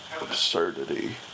absurdity